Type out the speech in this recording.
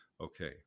Okay